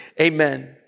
Amen